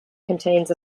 contains